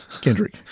Kendrick